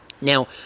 Now